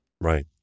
Right